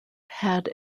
had